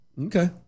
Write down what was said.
Okay